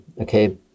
okay